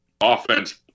offense